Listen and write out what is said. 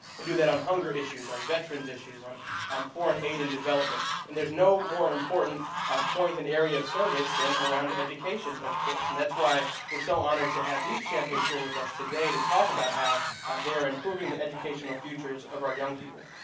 we do that on hunger issues, on veterans issues, on um foreign aid and development. and there's no more important point and area of service than around education, of course. and that's why we're so honored to have these champions here with us today to talk about how they're improving the educational futures of our young people.